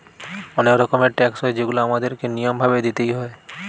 অনেক রকমের ট্যাক্স হয় যেগুলা আমাদের কে নিয়ম ভাবে দিইতে হয়